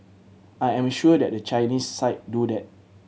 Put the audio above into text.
I am sure that the Chinese side do that